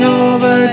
over